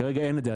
כרגע אין את זה.